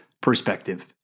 perspective